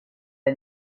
dai